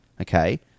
Okay